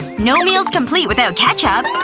no meal's complete without ketchup.